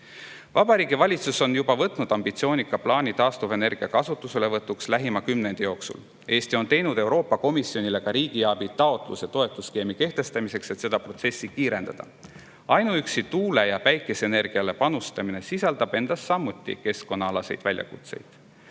Vabariigi Valitsus on juba võtnud ette ambitsioonika plaani taastuvenergia kasutamise kohta lähima kümnendi jooksul. Eesti on teinud Euroopa Komisjonile ka riigiabi taotluse toetusskeemi kehtestamiseks, et seda protsessi kiirendada. Ainuüksi tuule‑ ja päikeseenergiale panustamine sisaldab endas samuti keskkonnaväljakutseid.